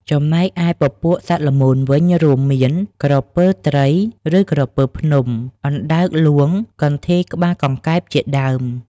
ចំណែកឯពពួកសត្វល្មូនវិញ រួមមាន ក្រពើត្រី ឬក្រពើភ្នំ អណ្តើកហ្លួង កន្ធាយក្បាលកង្កែបជាដើម។